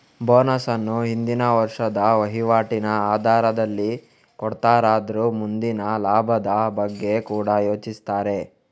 bonus ಅನ್ನು ಹಿಂದಿನ ವರ್ಷದ ವೈವಾಟಿನ ಆಧಾರದಲ್ಲಿ ಕೊಡ್ತಾರಾದ್ರೂ ಮುಂದಿನ ಲಾಭದ ಬಗ್ಗೆ ಕೂಡಾ ಯೋಚಿಸ್ತಾರೆ